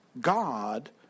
God